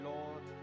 Lord